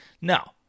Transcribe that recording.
No